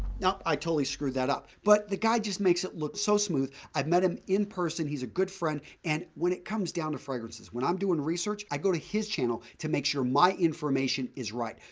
now, i totally screwed that up. but, the guy just makes it look so smooth. i've met him in person, he's a good friend. and, when it comes down to fragrances when i'm doing research, i go to his channel to make sure my information is right.